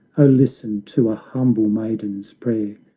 o listen to a humble maiden's prayer.